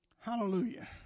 Hallelujah